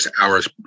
hours